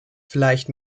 vielleicht